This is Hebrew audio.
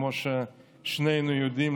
וכמו ששנינו יודעים,